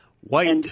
White